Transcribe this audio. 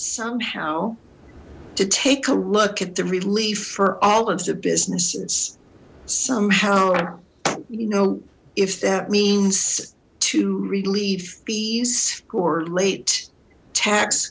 somehow to take a look at the relief for all of the businesses somehow you know if that means to relieve fees or late tax